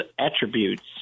attributes